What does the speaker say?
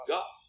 God